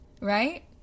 Right